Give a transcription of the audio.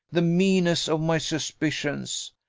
the meanness of my suspicions!